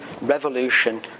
revolution